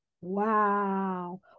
Wow